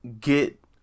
get